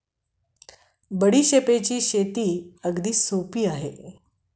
बडीशेपची शेती अगदी सोपी आहे